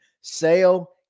Sale